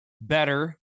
better